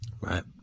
Right